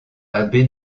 abbé